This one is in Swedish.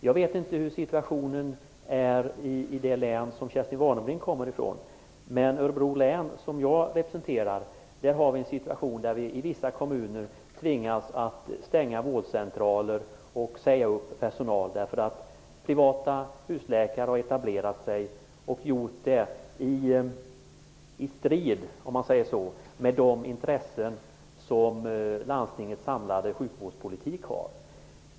Jag vet inte hur situationen är i Kerstin Warnerbrings län. Men i Örebro län, som jag representerar, har vi en situation där vi i vissa kommuner tvingas stänga vårdcentraler och säga upp personal, därför att privata husläkare har etablerat sig där. Det har de gjort, skulle jag vilja säga, i strid med landstingets samlade sjukvårdspolitiks intressen.